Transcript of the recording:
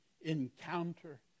encounter